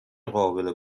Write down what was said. قابل